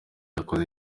yakoze